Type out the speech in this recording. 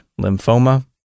lymphoma